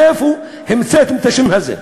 מאיפה המצאתם את השם הזה?